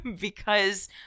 Because-